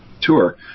tour